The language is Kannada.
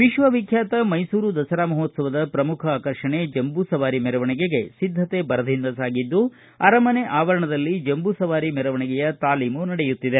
ವಿಶ್ವವಿಖ್ಡಾತ ಮೈಸೂರು ದಸರಾ ಮಹೋತ್ಸವದ ಶ್ರಮುಖ ಆಕರ್ಷಣೆ ಜಂಬೂ ಸವಾರಿ ಮೆರವಣಿಗೆಗೆ ಸಿದ್ದತೆ ಭರದಿಂದ ಸಾಗಿದ್ದು ಅರಮನೆ ಆವರಣದಲ್ಲಿ ಜಂಬೂ ಸವಾರಿ ಮೆರವಣೆಗೆಯ ತಾಲೀಮು ನಡೆಯುತ್ತಿದೆ